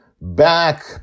Back